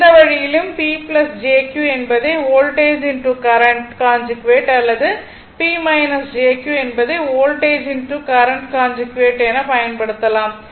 எந்த வழியிலும் P jQ என்பதை வோல்டேஜ் கரண்ட் கான்ஜுகேட் அல்லது P jQ என்பதை வோல்டேஜ் கரண்ட் கான்ஜுகேட் எனப் பயன்படுத்தலாம்